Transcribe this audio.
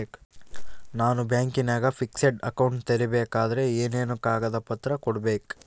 ನಾನು ಬ್ಯಾಂಕಿನಾಗ fixed account ತೆರಿಬೇಕಾದರೆ ಏನೇನು ಕಾಗದ ಪತ್ರ ಕೊಡ್ಬೇಕು?